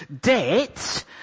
debt